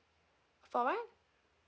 for what